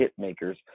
Hitmakers